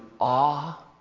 awe